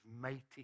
mighty